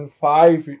five